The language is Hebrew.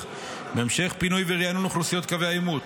בהמשך פינוי וריענון אוכלוסיות קווי העימות,